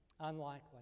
Unlikely